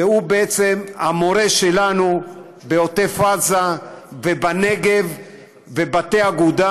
שהוא בעצם המורה שלנו בעוטף עזה ובנגב ובבתי אגודה